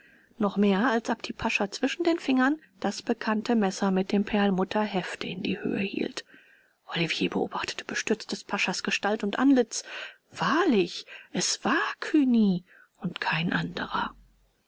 noch mehr als apti pascha zwischen den fingern das bekannte messer mit dem perlmutterhefte in die höhe hielt olivier beobachtete bestürzt des paschas gestalt und antlitz wahrlich es war cugny und kein anderer